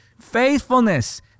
Faithfulness